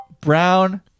brown